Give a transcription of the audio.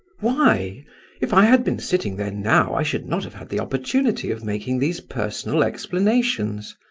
why if i had been sitting there now, i should not have had the opportunity of making these personal explanations.